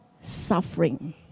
suffering